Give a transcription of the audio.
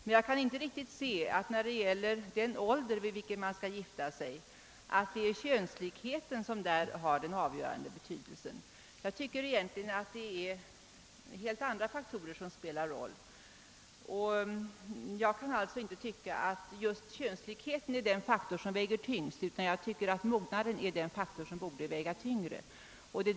Jag kan ändå inte riktigt inse att könslikheten har den avgörande betydelsen när det gäller den ålder vid vilken man skall få gifta sig; enligt min mening är det helt andra faktorer som spelar någon roll. Jag kan alltså inte tycka att just könslikheten väger tyngst, utan mognaden borde väga tyngre.